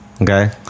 Okay